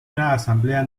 asamblea